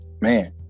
man